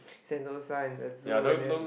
sentosa and the Zoo and then